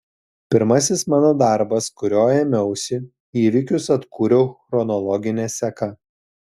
pirmasis mano darbas kurio ėmiausi įvykius atkūriau chronologine seka